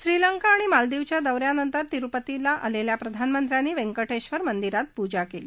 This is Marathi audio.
श्रीलंका आणि मालदिवच्या दौ यानंतर तिरुपतीला आलख्खा प्रधानमंत्र्यांनी वैंकटघरे मंदिरात पूजा कली